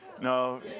No